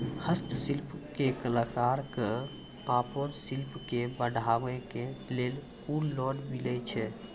हस्तशिल्प के कलाकार कऽ आपन शिल्प के बढ़ावे के लेल कुन लोन मिलै छै?